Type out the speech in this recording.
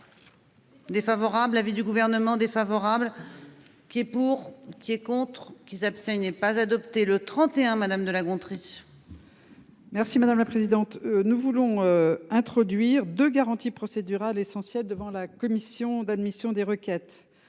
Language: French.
Défavorable l'avis du Gouvernement défavorable. Qui est pour. Qui est contre qui s'abstient. Il n'est pas adopté le 31. Madame de La Gontrie. Merci madame la présidente. Nous voulons introduire de garanties procédurales essentielles devant la commission d'admission des requêtes